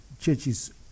churches